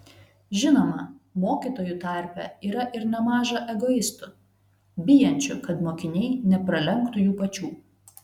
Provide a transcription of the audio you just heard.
žinoma mokytojų tarpe yra ir nemaža egoistų bijančių kad mokiniai nepralenktų jų pačių